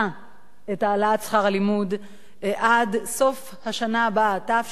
את העלאת שכר הלימוד עד סוף השנה הבאה, תשע"ג,